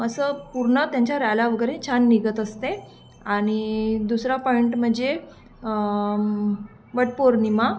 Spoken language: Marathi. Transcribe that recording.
असं पूर्ण त्यांच्या रॅल्या वगैरे छान निघत असते आणि दुसरा पॉईंट म्हणजे वटपौर्णिमा